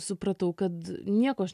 supratau kad nieko aš